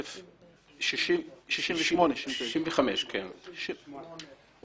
1968. בשנות ה-60.